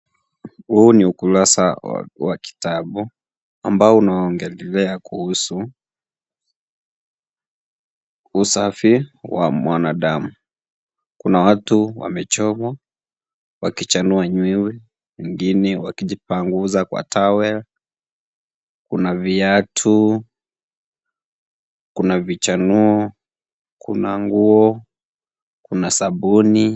Huu ni ukurasa wa kitabu, ambao unaongelelea kuhusu, usafi wa mwanadamu. Kuna watu wamechorwa, wakichanua nywele, wengine wakijipanguza kwa towel .Kuna viatu, kuna vichanuo, kuna nguo, kuna sabuni.,